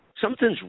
Something's